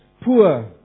poor